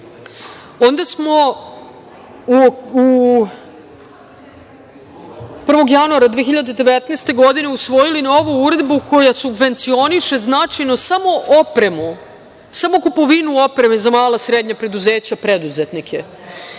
smo 1. januara 2019. godine usvojili novu uredbu koja subvencioniše značajno samo opremu, samo kupovinu opreme za mala i srednja preduzeća,